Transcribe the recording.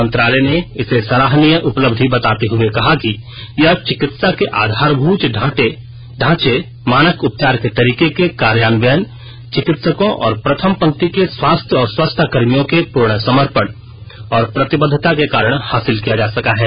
मंत्रालय ने इसे सराहनीय उपलब्धि बताते हुए कहा है कि यह चिकित्सा के आधारभूत ढांचे मानक उपचार के तरीके के कार्यान्वयन चिकित्सकों और प्रथम पंक्ति के स्वास्थ्य और स्वच्छता कर्मियों के पूर्ण समर्पण और प्रतिबद्धता के कारण हासिल किया जा सका है